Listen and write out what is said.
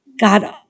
God